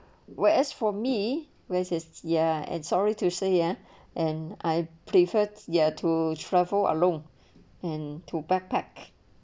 whereas for me where is ya and sorry to say ya and I preferred ya to travel alone and to backpack